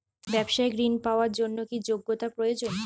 ব্যবসায়িক ঋণ পাওয়ার জন্যে কি যোগ্যতা প্রয়োজন?